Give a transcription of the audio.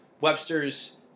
Webster's